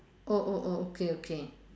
oh oh oh okay okay